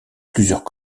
plusieurs